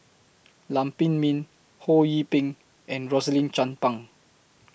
Lam Pin Min Ho Yee Ping and Rosaline Chan Pang